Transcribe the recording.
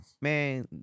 man